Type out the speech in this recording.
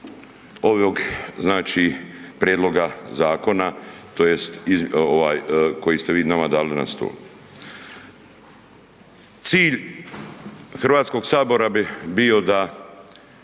ovog znači prijedloga zakona, tj. ovaj koji ste vi nama dali na stol. Cilj Hrvatskoga sabora bi bio da